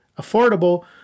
affordable